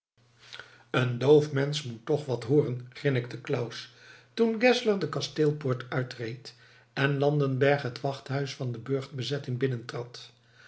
een doof mensch moet toch wat hooren grinnikte claus toen geszler de kasteelpoort uitreed en landenberg het wachthuis van de burchtbezetting binnentrad